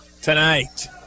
tonight